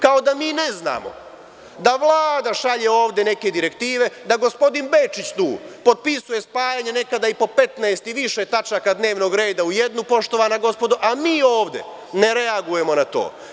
Kao da mi ne znamo da Vlada šalje ovde neke direktive, da gospodin Bečić tu potpisuje spajanje nekada i po 15 i više tačaka dnevnog reda u jednu, poštovana gospoda, a mi ovde ne reagujemo na to.